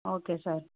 okay sir